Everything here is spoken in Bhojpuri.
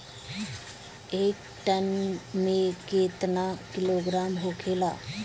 एक टन मे केतना किलोग्राम होखेला?